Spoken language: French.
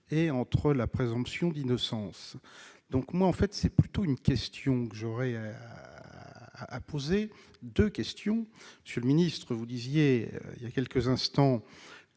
et entre la présomption d'innocence, donc moi en fait, c'est plutôt une question que j'aurais à poser de questions, monsieur le ministre, vous disiez il y a quelques instants